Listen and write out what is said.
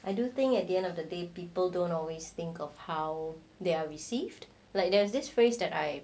I do think at the end of the day people don't always think of how they are received like there was this phrase that I